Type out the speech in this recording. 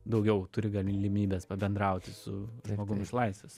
daugiau turi galimybes pabendrauti su žmogum iš laisvės